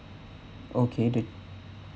okay